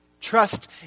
Trust